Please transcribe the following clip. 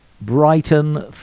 Brighton